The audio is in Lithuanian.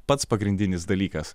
pats pagrindinis dalykas